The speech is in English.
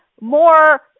more